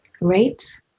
Right